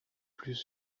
plus